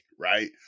right